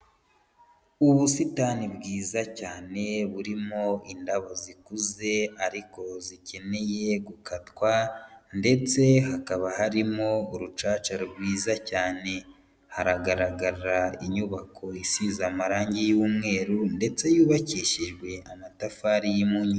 Ubusitani bwiza cyane burimo indabo zikuze ariko zikeneye gukatwa ndetse hakaba harimo urucaca rwiza cyane, haragaragara inyubako isize amarange y'umweru ndetse yubakishijwe amatafari y'impunyu.